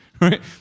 right